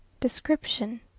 Description